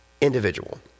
individual